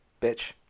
bitch